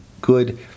good